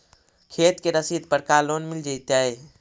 खेत के रसिद पर का लोन मिल जइतै?